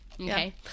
okay